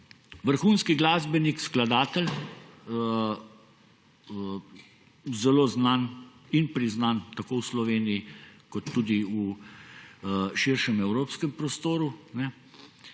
Vrhunski glasbenik, skladatelj, zelo znan in priznan tako v Sloveniji kot tudi v širšem evropskem prostoru.